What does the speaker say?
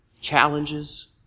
challenges